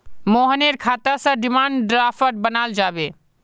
मोहनेर खाता स डिमांड ड्राफ्ट बनाल जाबे